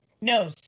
no